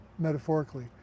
metaphorically